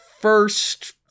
first